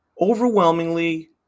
overwhelmingly